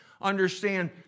understand